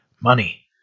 Money